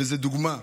וזו דוגמה.